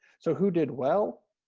so who did well?